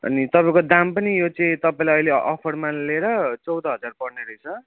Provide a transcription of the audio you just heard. अनि तपाईँको दाम पनि यो चाहिँ तपाईँलाई अहिले अफर लिएर चोध हजार पर्ने रहेछ